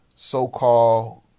so-called